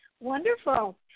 Wonderful